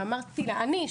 ואמרתי לה אני,